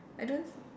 I don't